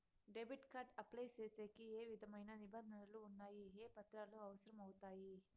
Debit card apply సేసేకి ఏ విధమైన నిబంధనలు ఉండాయి? ఏ పత్రాలు అవసరం అవుతాయి?